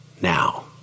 now